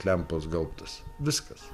lempos gaubtas viskas